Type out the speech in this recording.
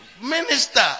minister